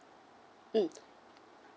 mm